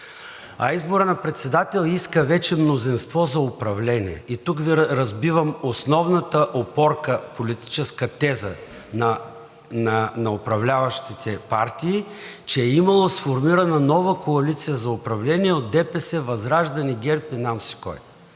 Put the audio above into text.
изборът на председател иска вече мнозинство за управление и тук разбивам основната опорка – политическа теза, на управляващите партии, че е имало сформирана нова коалиция за управление от ДПС, ВЪЗРАЖДАНЕ, ГЕРБ и не знам си кой.